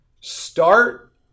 Start